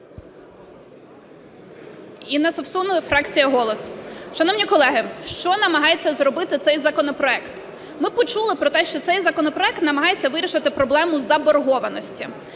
Інна Совсун, фракція "Голос". Шановні колеги, що намагається зробити цей законопроект? Ми почули про те, що цей законопроект намагається вирішити проблему заборгованості.